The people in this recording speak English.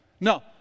No